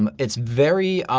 um it's very